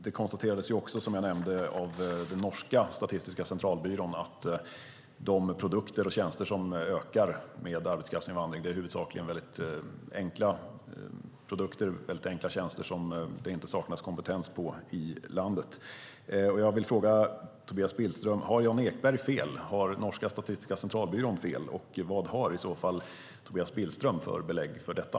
Det konstaterades också, som jag nämnde, av den norska statistiska centralbyrån att de produkter och tjänster som ökar med arbetskraftsinvandringen i huvudsak är mycket enkla produkter och tjänster som det inte saknas kompetens för i landet. Jag vill fråga Tobias Billström: Har Jan Ekberg fel? Har norska statistiska centralbyrån fel? Vad har i så fall Tobias Billström för belägg för detta?